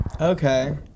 okay